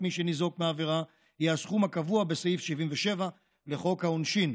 מי שניזוק מהעבירה יהיה הסכום הקבוע בסעיף 77 לחוק העונשין.